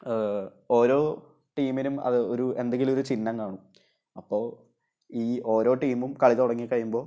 ഓരോ ടീമിനും അത് ഒരു എന്തെങ്കിലും ഒരു ചിഹ്നം കാണും അപ്പോള് ഈ ഓരോ ടീമും കളി തുടങ്ങി കഴിയുമ്പോള്